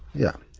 yeah,